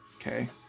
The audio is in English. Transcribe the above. okay